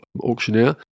auctioneer